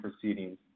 proceedings